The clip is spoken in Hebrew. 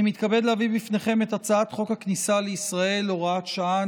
אני מתכבד להביא בפניכם את הצעת חוק הכניסה לישראל (הוראת שעה,